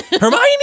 Hermione